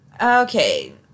Okay